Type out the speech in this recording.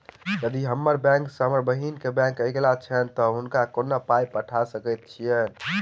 यदि हम्मर बैंक सँ हम बहिन केँ बैंक अगिला छैन तऽ हुनका कोना पाई पठा सकैत छीयैन?